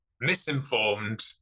misinformed